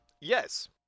yes